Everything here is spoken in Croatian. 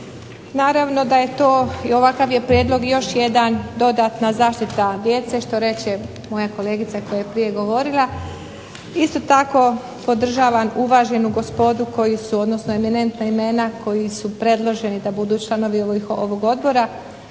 Naravno da je to i ovakav je prijedlog još jedan dodatna zaštita djece što reče moja kolegica koja je prije govorila. Isto tako podržavam uvaženu gospodu eminentna imena koja su predloženi da budu članovi ovog odbora,